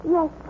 Yes